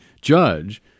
judge